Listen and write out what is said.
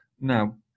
now